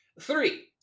Three